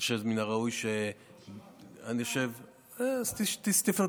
אני חושב שמן הראוי, לא שמעתי אפילו.